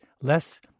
less